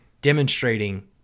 demonstrating